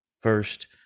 first